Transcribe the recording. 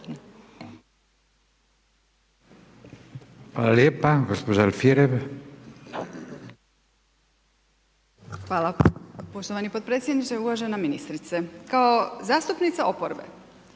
**Alfirev, Marija (SDP)** Hvala poštovani potpredsjedniče. Uvažena ministrice, kao zastupnica oporbe